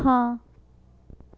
हां